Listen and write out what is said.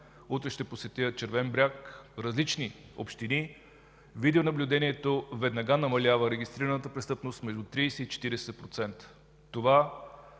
Утре ще посетя Червен бряг. В различни общини видеонаблюдението веднага намалява регистрираната престъпност между 30 и 40%. Това